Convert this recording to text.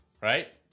Right